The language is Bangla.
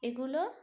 এগুলো